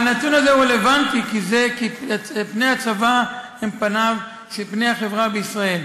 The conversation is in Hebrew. הנתון הזה רלוונטי כי פני הצבא הם פני החברה בישראל.